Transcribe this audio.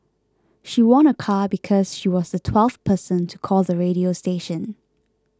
she won a car because she was the twelfth person to call the radio station